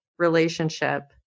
relationship